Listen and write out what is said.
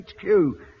HQ